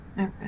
Okay